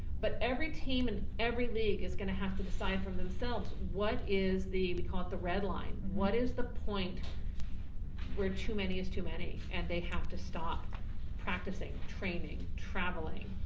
but every team and every league is gonna have to decide for themselves, what is the, we caught the red line? what is the point where too many is too many? and they have to stop practicing training, traveling.